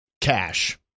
Cash